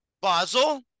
basel